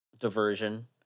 diversion